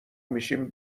میشیم